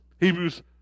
Hebrews